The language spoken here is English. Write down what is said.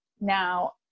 Now